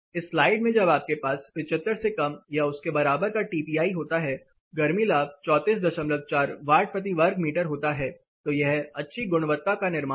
इस स्लाइड में जब आपके पास 75 से कम या उसके बराबर का टीपीआई होता है गर्मी लाभ 344 वाट प्रति वर्ग मीटर होता है तो यह अच्छी गुणवत्ता का निर्माण है